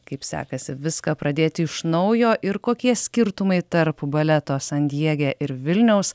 kaip sekasi viską pradėti iš naujo ir kokie skirtumai tarp baleto san diege ir vilniaus